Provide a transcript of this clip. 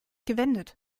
gewendet